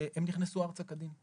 הם נכנסו ארצה כדין.